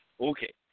Okay